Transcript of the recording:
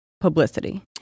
publicity